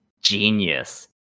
genius